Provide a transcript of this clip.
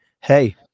hey